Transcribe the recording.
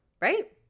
right